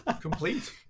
complete